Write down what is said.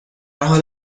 حال